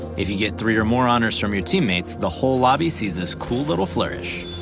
if you get three or more honors from your teammates the whole lobby sees this cool little flourish!